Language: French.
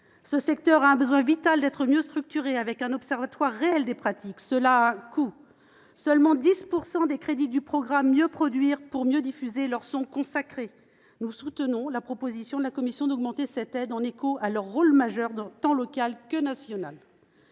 Ce secteur a un besoin vital d’être mieux structuré, avec un observatoire réel des pratiques, mais cela a un coût. Or seulement 10 % des crédits du plan Mieux produire, mieux diffuser leur sont consacrés. Nous soutenons la proposition de la commission visant à augmenter cette aide, en écho à leur rôle majeur, à l’échelon tant local que national.